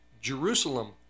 Jerusalem